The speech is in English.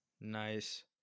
Nice